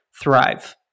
thrive